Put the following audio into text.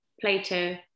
Plato